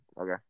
Okay